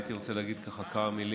הייתי רוצה לומר כמה מילים